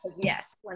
Yes